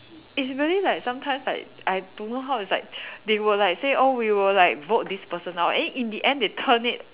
it's very like sometimes like I don't know how is like they will like say oh we will like vote this person out and in the end they turn it